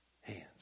hands